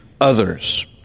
others